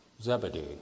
Zebedee